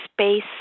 space